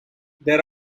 there